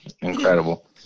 Incredible